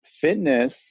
fitness